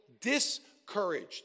discouraged